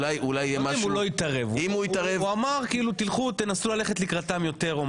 הוא אמר תלכו, תנסו ללכת לקראתם יותר.